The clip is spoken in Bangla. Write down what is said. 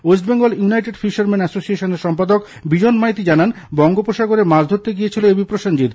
ওয়েস্টবেঙ্গল ইউনাইটেড ফিশারমেন অ্যাসোসিয়েশনের সম্পাদক বিজন মাইতি জানান বঙ্গোপসাগরে মাছ ধরতে গিয়েছিল এ বি প্রসেঞ্জিত